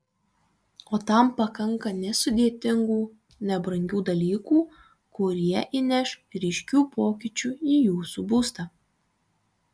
o tam pakanka nesudėtingų nebrangių dalykų kurie įneš ryškių pokyčių į jūsų būstą